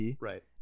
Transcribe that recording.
right